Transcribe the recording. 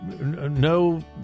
No